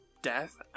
death